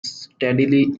steadily